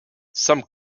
some